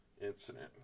incident